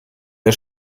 der